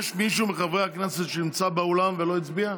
יש מישהו מחברי הכנסת שנמצא באולם ולא הצביע?